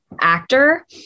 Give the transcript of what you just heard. actor